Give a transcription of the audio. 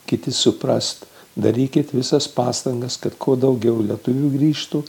kiti suprast darykit visas pastangas kad kuo daugiau lietuvių grįžtų